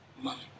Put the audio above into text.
money